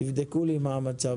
תבדקו לי מה המצב